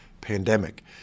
pandemic